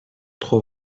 tro